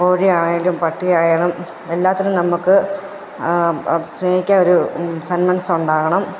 കോഴി ആയാലും പട്ടി ആയാലും എല്ലാത്തിനും നമുക്ക് സ്നേഹിക്കാൻ ഒരു സൻമനസ്സ് ഉണ്ടാകണം